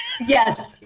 Yes